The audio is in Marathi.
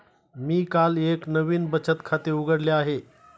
मी काल एक नवीन बचत खाते उघडले आहे